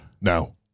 No